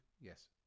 yes